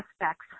aspects